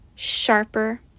sharper